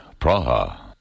Praha